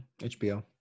hbo